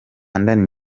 new